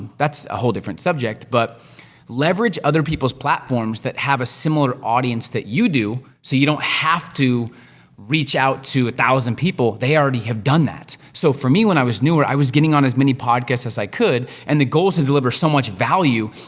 that's a whole different subject, but leverage other people's platforms that have a similar audience that you do, so you don't have to reach out to a thousand people. they already have done that. so, for me, when i was newer, i was getting on as many podcasts as i could, and the goal is to deliver so much value,